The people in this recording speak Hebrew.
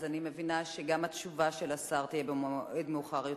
אני מבינה שגם התשובה של השר תהיה במועד מאוחר יותר,